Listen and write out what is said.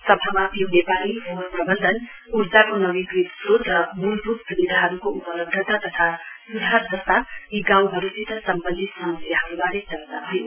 सभामा पिउने पानी फोहोर प्रवन्धन उर्जाको नवीकृत श्रोत र मूलभूत सुविधाहरुको उपलव्धता तथा सुधार जस्ता यी गाउँहरुसित सम्वन्धित समस्याहरुवारे चर्चा भयो